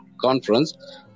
conference